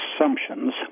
assumptions